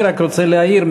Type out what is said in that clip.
אני רק רוצה להעיר,